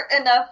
enough